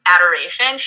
adoration